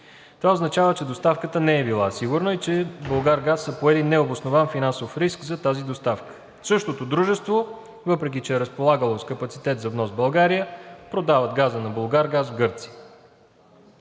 Това означава, че доставката не е била сигурна и „Булгаргаз“ са поели необоснован финансов риск за тази доставка. Същото дружество, въпреки че е разполагало с капацитет за внос в България, продава газа на „Булгаргаз“ в Гърция.